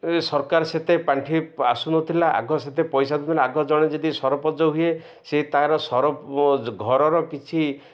ରେ ସରକାର ସେତେ ପାଣ୍ଠି ଆସୁନଥିଲା ଆଗ ସେତେ ପଇସା ନଥିଲା ଆଗ ଜଣେ ଯଦି ସରପଞ୍ଚ ହୁଏ ସେ ତାର ଘରର କିଛି